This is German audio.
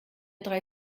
drei